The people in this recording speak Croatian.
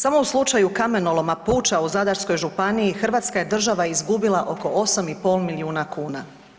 Samo u slučaju Kamenoloma „Puča“ u Zadarskoj županiji Hrvatska je država izgubila oko 8,5 milijuna kuna.